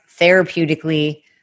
therapeutically